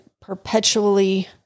perpetually